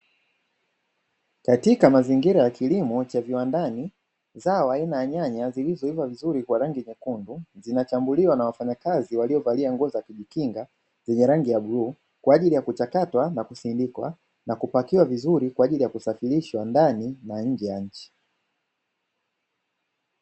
Katika mazingira ya kilimo cha viwandani zao aina ya nyanya zilizoiva vizuri kwa rangi nyekundu zinachambuliwa na wafanyakazi waliovaa nguo za kujikinga, zenye rangi ya bluu kwa ajili ya kuchakatwa na kusindikwa na kupakiwa vizuri kwa ajili ya kusafirishwa ndani na nje ya nchi.